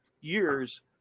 years